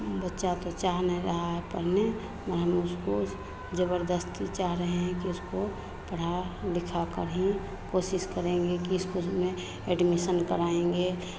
बच्चा तो चाह नहीं रहा है पढ़ने नहीं में उसको जबरदस्ती चाह रहे हैं कि उसको पढ़ा लिखा कर हीं कोशिश करेंगे कि इसको उसमें एड्मिशन कराएंगे